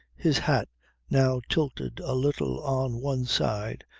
his hat now tilted a little on one side,